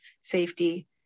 safety